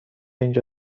اینجا